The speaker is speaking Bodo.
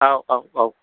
औ औ औ